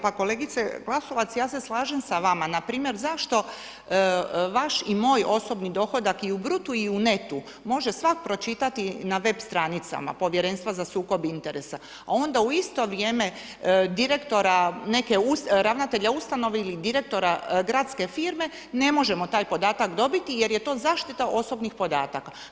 Pa kolegice Glasovac ja se slažem s vama, npr. zašto vaš i moj osobni dohodak i u brutu i u netu može svak pročitati na web stranicama Povjerenstva za sukob interesa, a onda u isto vrijeme direktora ravnatelja neke ustanove ili direktora gradske firme ne možemo taj podatak dobiti jer je to zaštita osobnih podataka.